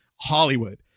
Hollywood